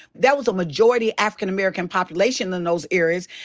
that was a majority african american population in those areas.